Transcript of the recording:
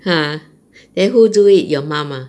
!huh! then who do it your mum ah